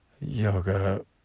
yoga